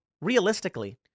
realistically